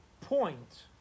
point